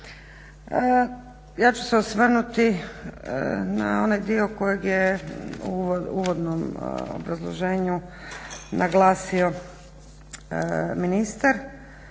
Ja ću se osvrnuti na onaj dio kojeg je u uvodnom obrazloženju naglasio ministar,